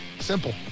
simple